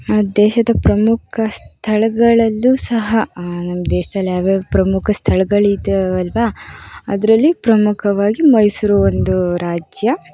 ದೇಶದ ಪ್ರಮುಖ ಸ್ಥಳಗಳಲ್ಲೂ ಸಹ ನಮ್ಮ ದೇಶದಲ್ಲಿ ಯಾವ್ಯಾವ ಪ್ರಮುಖ ಸ್ಥಳಗಳಿದ್ದಾವಲ್ವಾ ಅದರಲ್ಲಿ ಪ್ರಮುಖವಾಗಿ ಮೈಸೂರು ಒಂದು ರಾಜ್ಯ